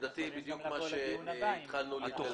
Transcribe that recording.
עמדתי היא בדיוק מה שהתחלנו לטעון.